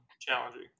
challenging